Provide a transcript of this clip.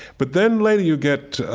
but then later you get,